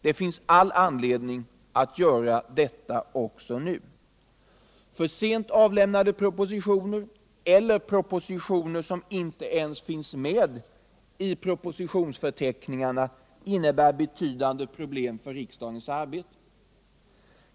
Det finns all anledning att göra detta också nu. För sent avlämnade propositioner eller propositioner som inte ens finns med i propositionsförteckningarna leder till betydande problem för riksdagens arbete.